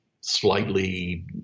slightly